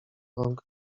rąk